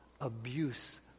abuse